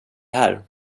här